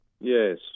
Yes